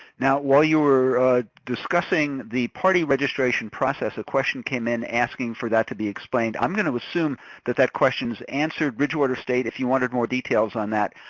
now, while you were discussing the party registration process, a question came in asking for that to be explained. i'm gonna assume that that question's answered. bridgewater state, if you wanted more details on that,